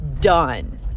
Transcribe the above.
done